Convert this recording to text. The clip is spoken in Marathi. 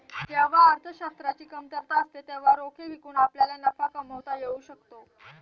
जेव्हा अर्थशास्त्राची कमतरता असते तेव्हा रोखे विकून आपल्याला नफा कमावता येऊ शकतो